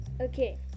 okay